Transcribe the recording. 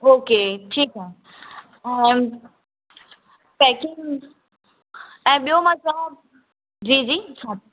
okay ठीकु आहे all packing ऐं ॿियो मां चवां जी जी